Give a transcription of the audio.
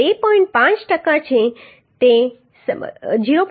5 ટકા છે તે 0